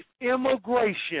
immigration